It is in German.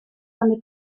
eine